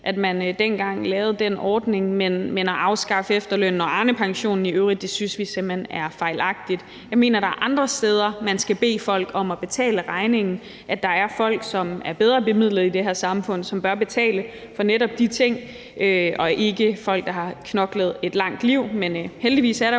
at man dengang lavede den ordning; men at afskaffe efterlønnen og Arnepensionen i øvrigt synes vi simpelt hen er fejlagtigt. Jeg mener, at der er andre steder, man skal bede folk om at betale regningen, og at der er folk, som er bedre bemidlede i det her samfund, som bør betale for netop de ting. Det skal ikke være folk, der har knoklet i et langt liv. Men heldigvis er der